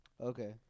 Okay